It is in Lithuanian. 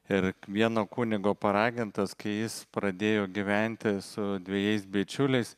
ir vieno kunigo paragintas kai jis pradėjo gyventi su dvejais bičiuliais